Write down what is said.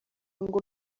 ngo